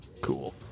Cool